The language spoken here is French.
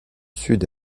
sud